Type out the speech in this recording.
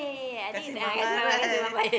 Kassim-Baba right